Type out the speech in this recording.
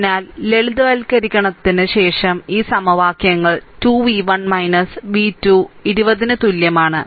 അതിനാൽ ലളിതവൽക്കരണത്തിന് ശേഷം ഈ സമവാക്യങ്ങൾ 2 v 1 v 2 20 ന് തുല്യമാണ്